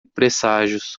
presságios